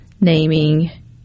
naming